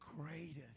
greatest